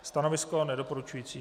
Stanovisko nedoporučující.